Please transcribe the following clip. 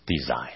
desire